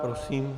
Prosím.